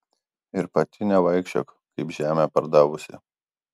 ir pati nevaikščiok kaip žemę pardavusi